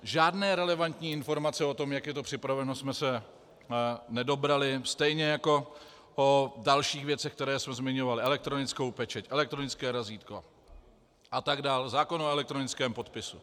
Žádné relevantní informace o tom, jak je to připraveno, jsme se nedobrali, stejně jako o dalších věcech, které se zmiňovaly elektronickou pečeť, elektronické razítko, zákon o elektronickém podpisu atd.